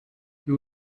you